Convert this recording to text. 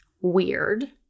weird